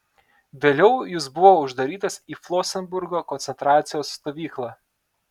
vėliau jis buvo uždarytas į flosenburgo koncentracijos stovyklą